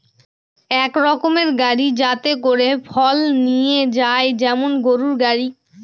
এক রকমের গাড়ি যাতে করে ফল নিয়ে যায় যেমন গরুর গাড়ি